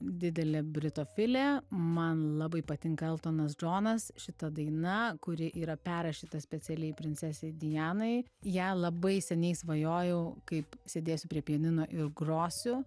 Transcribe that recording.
didelė britofilė man labai patinka eltonas džonas šita daina kuri yra perrašyta specialiai princesei dianai ją labai seniai svajojau kaip sėdėsiu prie pianino ir grosiu